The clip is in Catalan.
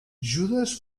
judes